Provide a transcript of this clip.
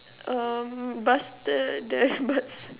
um buster the